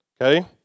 okay